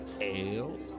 ale